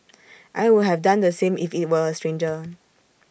I would have done the same if IT were A stranger